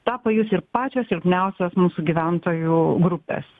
tą pajus ir pačios silpniausios mūsų gyventojų grupės